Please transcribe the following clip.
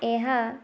ଏହା